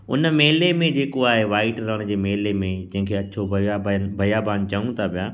उन मेले में जेको आहे व्हाइट रण जे मेले में जंहिं खे अछो बयाबान बयाबान चऊं था पिया